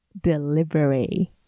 delivery